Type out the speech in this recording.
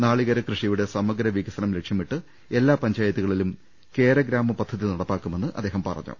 നാളി കേര സമഗ്രഗ കൃഷിയുടെ വിക സനം ലക്ഷ്യ മിട്ട് എല്ലാ പഞ്ചാ യ ത്തു ക ളിലും കേരഗ്രാമപദ്ധതി നടപ്പാക്കുമെന്ന് അദ്ദേഹം പറഞ്ഞു